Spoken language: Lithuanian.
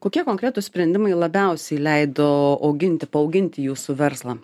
kokie konkretūs sprendimai labiausiai leido auginti paauginti jūsų verslą